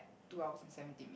two hours and seventy minutes